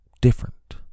different